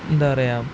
എന്താണു പറയുക